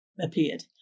appeared